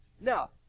Now